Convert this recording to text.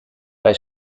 bei